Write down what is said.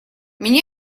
меня